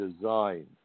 design